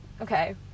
okay